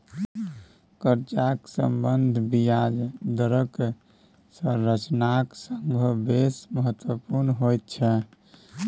कर्जाक सम्बन्ध ब्याज दरक संरचनाक संगे बेस महत्वपुर्ण होइत छै